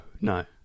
no